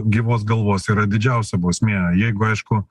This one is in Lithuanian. gyvos galvos yra didžiausia bausmė jeigu aišku